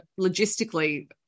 logistically